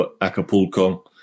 acapulco